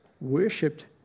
worshipped